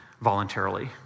voluntarily